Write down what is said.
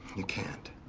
you can't.